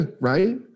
right